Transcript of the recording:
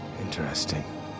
Interesting